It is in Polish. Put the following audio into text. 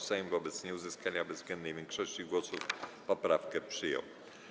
Sejm wobec nieuzyskania bezwzględnej większości głosów poprawkę przyjął.